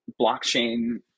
blockchain